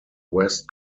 west